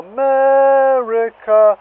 America